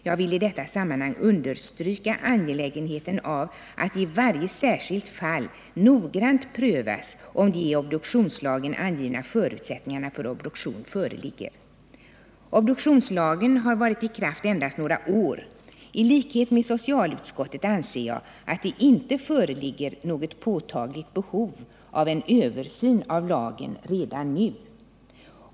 Jag vill i detta sammanhang understryka angelägenheten av att det i varje särskilt fall noggrant prövas om de i obduktionslagen angivna förutsättningarna för obduktion föreligger. Obduktionslagen har varit i kraft endast några år. I likhet med socialutskottet anser jag att det inte föreligger något påtagligt behov av en översyn av lagen redan nu.